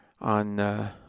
on